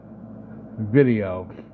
video